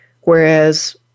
Whereas